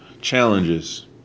challenges